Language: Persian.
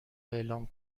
اعلام